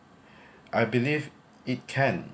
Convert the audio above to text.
I believe it can